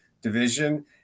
division